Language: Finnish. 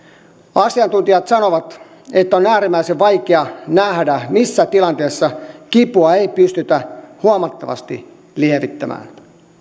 asiantuntijat sanovat että on äärimmäisen vaikea nähdä missä tilanteessa kipua ei pystytä huomattavasti lievittämään